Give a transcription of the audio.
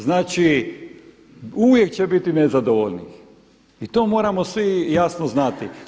Znači, uvijek će biti nezadovoljnih i to moramo svi jasno znati.